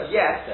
yes